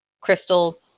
crystal